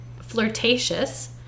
flirtatious